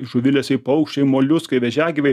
žuvilesiai paukščiai moliuskai vėžiagyviai